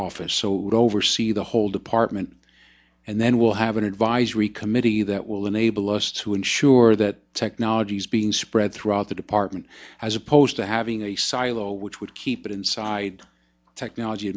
office so oversee the whole department and then we'll have an advisory committee that will enable us to ensure that technology being spread throughout the department as opposed to having a silo which would keep it inside technology